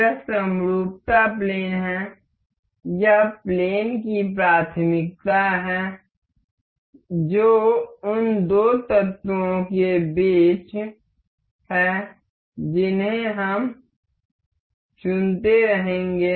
यह समरूपता प्लेन है यह प्लेन की प्राथमिकता है जो उन दो तत्वों के बीच है जिन्हें हम चुनते रहेंगे